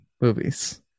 movies